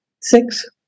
Six